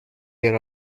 yer